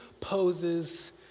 poses